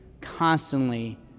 constantly